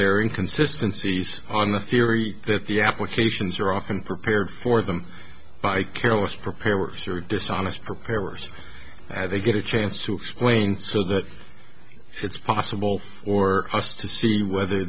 they're in consistencies on the theory that the applications are often prepared for them by careless preparers or dishonest preparers have they get a chance to explain so that it's possible for us to see whether